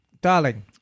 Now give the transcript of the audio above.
darling